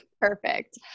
Perfect